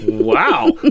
Wow